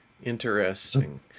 Interesting